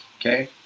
okay